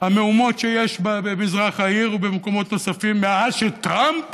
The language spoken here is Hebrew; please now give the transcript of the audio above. מהמהומות שיש במזרח העיר ובמקומות נוספים מאז שטראמפ